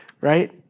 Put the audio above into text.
Right